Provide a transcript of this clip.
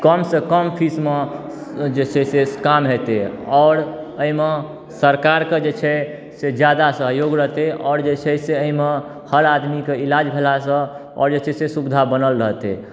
कम सँ कम फीसमे जे छै से काम हेतै आओर अइमे सरकारके जे छै से जादा सहयोग रहतै आओर जे छै से अइमे हर आदमीके इलाज भेलासँ आओर जे छै से सुविधा बनल रहतै